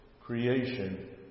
creation